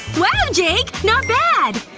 wow, jake! not bad!